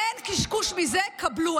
אין קשקוש מזה, קבלו.